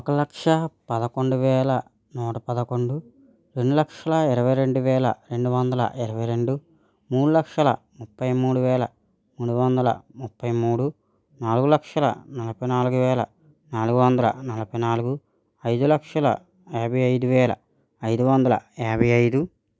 ఒక లక్ష పదకొండు వేల నూట పదకొండు రెండు లక్షల ఇరవై రెండు వేల రెండు వందల ఇరవై రెండు మూడు లక్షల ముప్పై మూడు వేల మూడు వందల ముప్పై మూడు నాలుగు లక్షల నలభై నాలుగు వేల నాలుగు వందల నలభై నాలుగు ఐదు లక్షల యాభై ఐదు వేల ఐదు వందల యాభై ఐదు